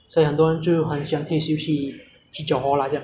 ah 一些一些一些我所认识的东西 ya